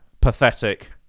pathetic